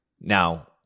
Now